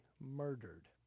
murdered